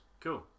cool